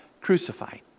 crucified